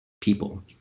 people